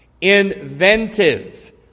inventive